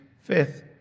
fifth